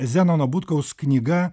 zenono butkaus knyga